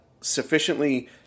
sufficiently